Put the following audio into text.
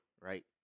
Right